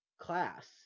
class